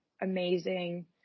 amazing